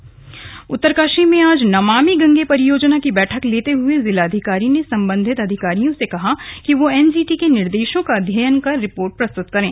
नमामि गंगे उत्तरकाशी में आज नमामि गंगे परियोजना की बैठक लेते हुए जिलाधिकारी ने संबंधित अधिकारियों से कहा कि वे एनजीटी के निर्देशों का अध्ययन कर रिर्पोट प्रस्तुत करें